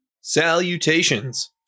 Salutations